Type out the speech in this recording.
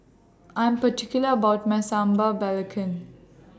I Am particular about My Sambal Belacan